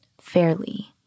fairly